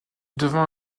devint